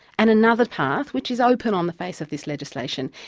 and another path, which is open on the face of this legislation,